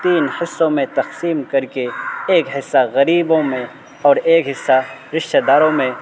تین حصوں میں تقسیم کر کے ایک حصہ غریبوں میں اور ایک حصہ رشتہ داروں میں